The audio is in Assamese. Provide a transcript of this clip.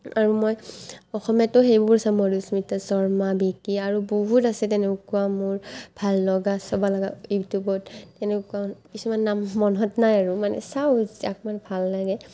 আৰু মই অসমীয়াতো সেইবোৰ চাওঁ মধুস্মিতা শৰ্মা বিকি আৰু বহুত আছে তেনেকুৱা মোৰ ভাল লগা চাব লগা ইউটিউবত তেনেকুৱা কিছুমান নাম মনত নাই আৰু মানে চাওঁ যাক মই ভাল লাগে